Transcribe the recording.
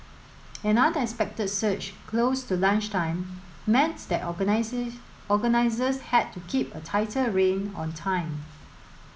an unexpected surge close to lunchtime meant that organisers had to keep a tighter rein on time